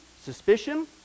suspicion